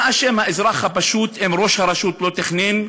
מה אשם האזרח הפשוט אם ראש הרשות לא תכנן,